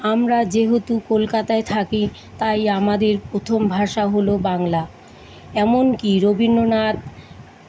আমরা যেহেতু কলকাতায় থাকি তাই আমাদের প্রথম ভাষা হলো বাংলা এমন কী রবীন্দ্রনাথ